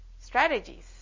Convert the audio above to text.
strategies